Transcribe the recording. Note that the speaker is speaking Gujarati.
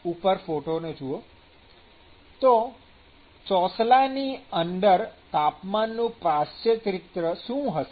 તો ચોસલાની અંદર તાપમાનનું પાર્શ્વચિત્ર શું હશે